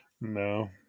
No